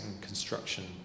construction